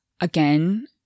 Again